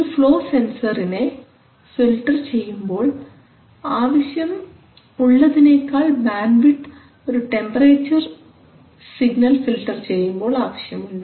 ഒരു ഫ്ലോ സെൻസറിനെ ഫിൽറ്റർ ചെയ്യുമ്പോൾ ആവശ്യം ഉള്ളതിനേക്കാൾ ബാൻഡ് വിഡ്ത്ത് ഒരു ടെമ്പറേച്ചർ സിഗ്നൽ ഫിൽറ്റർ ചെയ്യുമ്പോൾ ആവശ്യമുണ്ട്